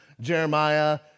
Jeremiah